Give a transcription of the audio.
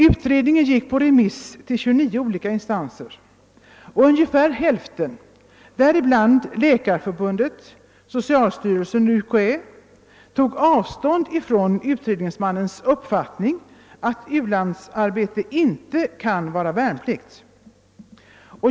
Utredningens betänkande gick på remiss till 29 olika instanser, och ungefär hälften — däribland Läkarförbundet, socialstyrelsen och UKAÄ — tog avstånd från utredningsmannens uppfattning att u-landsarbete inte kan vara värnplikt.